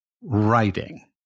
writing